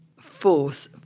force